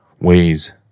ways